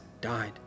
died